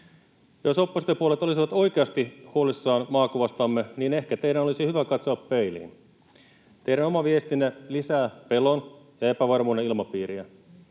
Jos oppositiopuolueet olisivat oikeasti huolissaan maakuvastamme, niin ehkä teidän olisi hyvä katsoa peiliin. Teidän oma viestinne lisää pelon ja epävarmuuden ilmapiiriä.